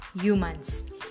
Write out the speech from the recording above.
humans